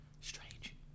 Strange